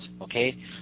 okay